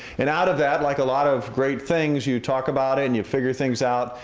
and out of that, like a lot of great things, you talk about it and you figure things out,